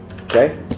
Okay